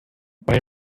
bei